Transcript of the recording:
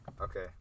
Okay